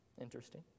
Interesting